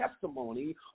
testimony